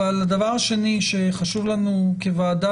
אבל הדבר השני שחשוב לנו כוועדה,